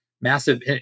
massive